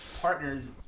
partners